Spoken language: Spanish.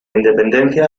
independencia